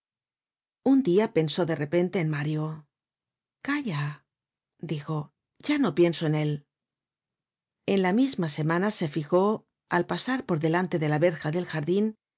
un dia pensó de repente en mario calla dijo ya no pienso en él en la misma semana se fijó al pasar por delante de la verja del jardin